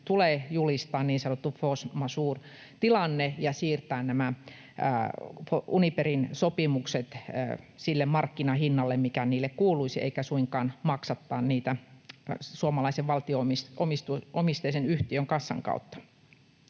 tulee julistaa niin sanottu force majeure ‑tilanne ja siirtää nämä Uniperin sopimukset sille markkinahinnalle, mikä niille kuuluisi, eikä suinkaan maksattaa niitä suomalaisen valtio-omisteisen yhtiön kassan kautta.